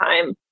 time